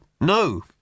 No